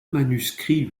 manuscrits